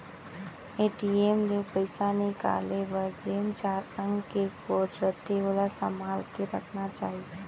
ATM ले पइसा निकाले बर जेन चार अंक के कोड रथे ओला संभाल के रखना चाही